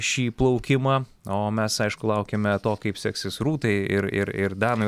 šį plaukimą o mes aišku laukiame to kaip seksis rūtai ir ir ir danui